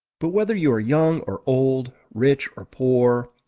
but whether you are young or old, rich or poor,